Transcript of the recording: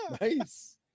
Nice